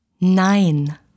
Nein